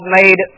made